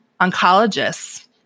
oncologists